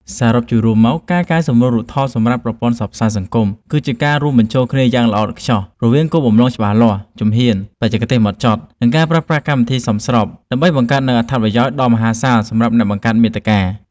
សរុបជារួមមក ការកែសម្រួលរូបថតសម្រាប់ប្រព័ន្ធផ្សព្វផ្សាយសង្គម គឺជាការរួមបញ្ចូលគ្នាយ៉ាងល្អឥតខ្ចោះរវាង គោលបំណងច្បាស់លាស់ ជំហ៊ាន បច្ចេកទេសដ៏ម៉ត់ចត់ និងការប្រើប្រាស់កម្មវិធីសមស្រប ដើម្បីបង្កើតនូវអត្ថប្រយោជន៍ ដ៏មហាសាលសម្រាប់អ្នកបង្កើតមាតិកា។